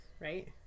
right